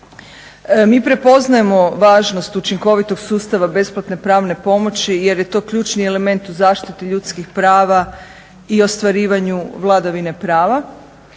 Mi prepoznajemo važnost učinkovitog sustava besplatne pravne pomoći jer je to ključni element u zaštiti ljudskih prava i ostvarivanju vladavine prava.